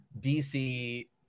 DC